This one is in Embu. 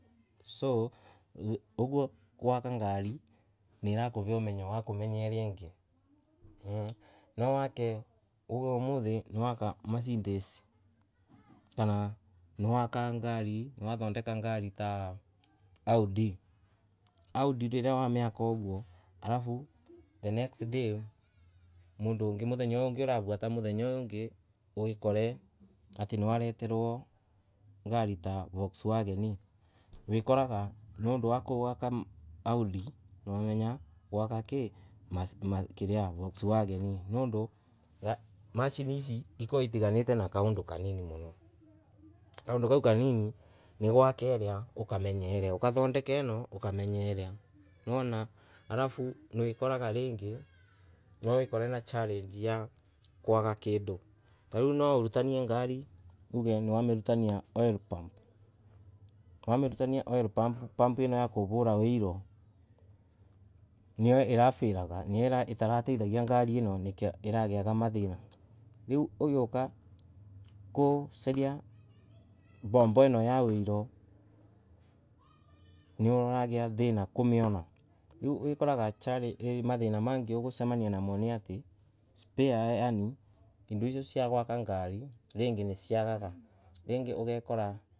So uguo gwaka ngari. niirakuva umenyo wa- iria ingi. No ati uge umuthii mwaka mercedes. kana mwaka ngari niwathondeka ngari ta audi. Audi mwa miaka uguo alafu the next day. muthenya uyu urafuata muthenya uyu ungi urakora ati uraretwa ngari ta volkswagen. Witoraga nondu wa gwaka audi. nwamemya gwaka ki Volkswagen. Nondu machine ici. ikaragwa itigarite na kaundu kanini muno. Kaundu kau kanini ni gwaka iria ukamenya irio. ukathondeka ino ukamenya iria nwona. Aalafu wikoraga ringi niwakorana na challenge ya kwaga kindu. Tariu nwaurutaniangani tuge niwamirutania oil pump. Wamirutania oil pump. pump ino yakuvura oil- o niyo irafail aga. niyo itaratethagia ngari ino ikagiaga mathira. Riu ugiuka gucaria mvombo ino ya oil- o niuragia thina kumiona. Riu wikoraga challenge mathira mengi ni ati spare yaani indo icio gwaka ngari ringi niciagaga. Ringi ungekora.